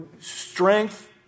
strength